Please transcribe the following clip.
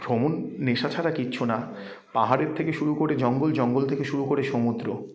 ভ্রমণ নেশা ছাড়া কিছু না পাহাড়ের থেকে শুরু করে জঙ্গল জঙ্গল থেকে শুরু করে সমুদ্র